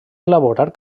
elaborar